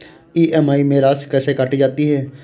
EMI में राशि कैसे काटी जाती है?